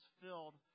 filled